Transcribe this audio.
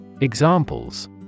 Examples